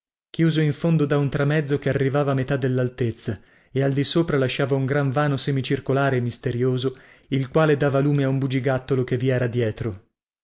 chiuso in fondo da un tramezzo che arrivava a metà dellaltezza e al di sopra lasciava un gran vano semicircolare e misterioso il quale dava lume a un bugigattolo che vi era dietro